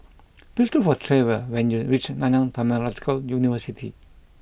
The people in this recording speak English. please look for Trevor when you reach Nanyang Technological University